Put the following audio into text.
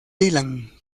dylan